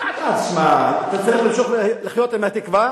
תיקח קצת זמן, אתה צריך לחיות עם התקווה,